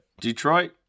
Detroit